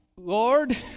Lord